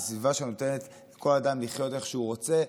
סביבה שנותנת לכל אדם לחיות איך שהוא רוצה.